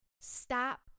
Stop